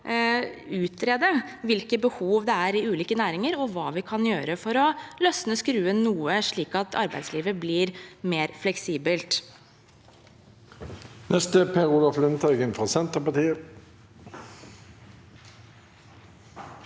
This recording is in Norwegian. utrede hvilke behov det er i ulike næringer, og hva vi kan gjøre for å løsne skruen noe, slik at arbeidslivet blir mer fleksibelt.